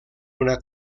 una